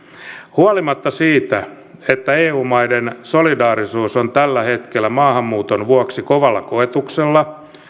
huolimatta siitä että eu maiden solidaarisuus on tällä hetkellä maahanmuuton vuoksi kovalla koetuksella